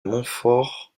montfort